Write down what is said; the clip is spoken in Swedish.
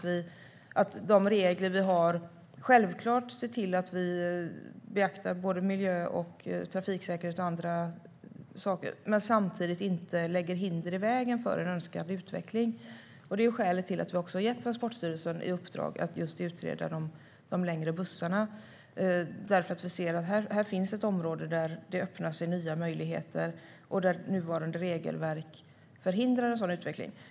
Vi ska självklart se till att vi i våra regler beaktar miljö, trafiksäkerhet och andra saker. Men vi ska samtidigt inte lägga hinder i vägen för en önskad utveckling. Det är skälet till att vi har gett Transportstyrelen i uppdrag att utreda de längre bussarna. Vi ser att det finns ett område där nya möjligheter öppnar sig och där nuvarande regelverk förhindrar en sådan utveckling.